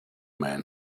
man